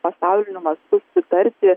pasauliniu mastu susitarti